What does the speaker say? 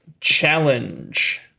Challenge